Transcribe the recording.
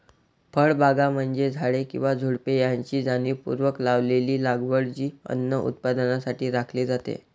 फळबागा म्हणजे झाडे किंवा झुडुपे यांची जाणीवपूर्वक लावलेली लागवड जी अन्न उत्पादनासाठी राखली जाते